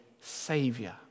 saviour